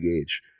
age